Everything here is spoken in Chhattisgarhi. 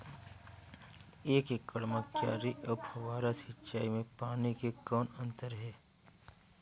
एक एकड़ म क्यारी अउ फव्वारा सिंचाई मे पानी के कौन अंतर हे?